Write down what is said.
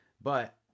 But-